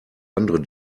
andere